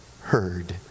heard